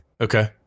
Okay